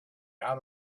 out